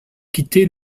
quitter